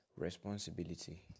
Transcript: Responsibility